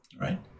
right